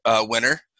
winner